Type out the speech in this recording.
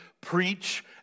preach